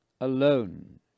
alone